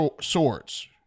swords